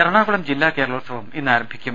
എറണാകുളം ജില്ലാ കേരളോത്സവം ഇന്നാരംഭിക്കും